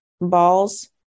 balls